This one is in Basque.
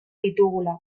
ditugula